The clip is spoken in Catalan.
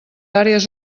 àrees